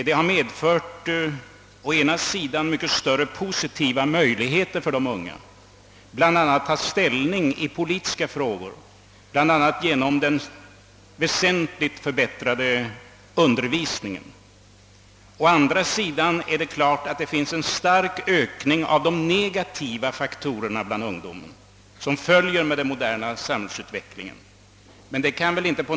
Å ena sidan har detta medfört mycket större möjligheter för de unga, t.ex. när det gäller att ta ställning i politiska frågor, bl.a. genom den väsentligt förbättrade undervisningen; å andra sidan har de negativa faktorer som följer med den moderna samhällsutvecklingen starkt ökat i betydelse.